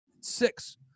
Six